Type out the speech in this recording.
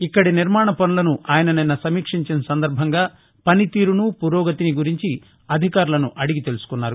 ఇక్కడి నిర్మాణ పనులను ఆయన నిన్న సమీక్షించిన సందర్బంగా పనితీరును పురోగతిని గురించి అధికారులను అడిగి తెలుసుకున్నారు